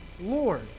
Lord